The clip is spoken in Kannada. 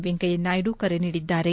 ವೆಂಕಯ್ಯ ನಾಯ್ಡು ಕರೆ ನೀಡಿದ್ದಾರೆ